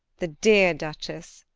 the dear duchess!